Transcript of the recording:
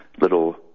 little